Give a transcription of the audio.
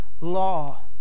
law